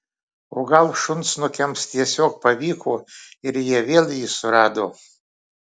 o gal šunsnukiams tiesiog pavyko ir jie vėl jį susirado